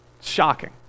Shocking